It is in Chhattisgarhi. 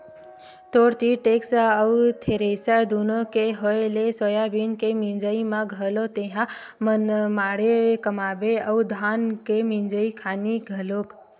तोर तीर टेक्टर अउ थेरेसर दुनो के होय ले सोयाबीन के मिंजई म घलोक तेंहा मनमाड़े कमाबे अउ धान के मिंजई खानी घलोक